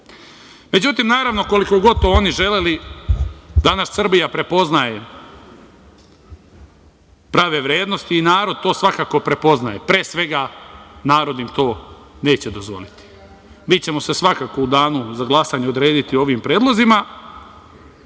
smislu.Međutim, naravno koliko god to oni želeli danas Srbija prepoznaje prave vrednosti i narod to svakako prepoznaje, pre svega, narod im to neće dozvoliti. Mi ćemo se svakako u danu za glasanje odrediti o ovim predlozima